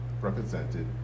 represented